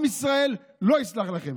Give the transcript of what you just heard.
עם ישראל לא יסלח לכם.